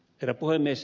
herra puhemies